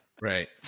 Right